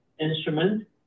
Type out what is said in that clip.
instrument